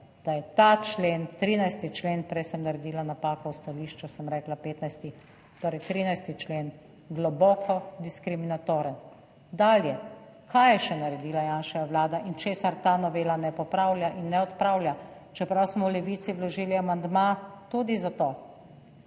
da je ta člen, 13. člen, prej sem naredila napako v stališču, sem rekla 15., torej 13. člen globoko diskriminatoren. Dalje. Kaj je še naredila Janševa vlada in česar ta novela ne popravlja in ne odpravlja, čeprav smo v Levici vložili amandma tudi za to?